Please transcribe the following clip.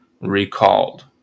recalled